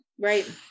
Right